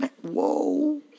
Whoa